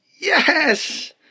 Yes